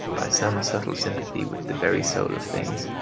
by some subtle sympathy with the very soul of things,